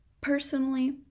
Personally